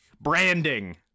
branding